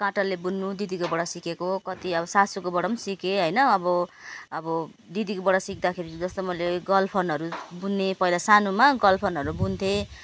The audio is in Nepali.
काँटाले बुन्नु दिदीकोबाट सिकेको कति अब सासूकोबाट सिकेँ होइन अब अब दिदीकोबाट सिक्दाखेरि जस्तो मैले गलफनहरू बुन्ने पहिला सानोमा गलफनहरू बुन्थेँ